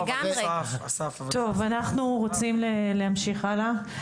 טוב, אנחנו רוצים להמשיך הלאה.